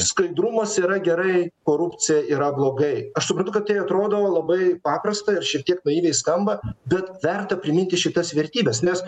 skaidrumas yra gerai korupcija yra blogai aš suprantu kad tai atrodo labai paprasta ir šiek tiek naiviai skamba bet verta priminti šitas vertybes nes